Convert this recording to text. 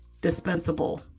dispensable